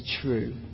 true